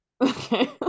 okay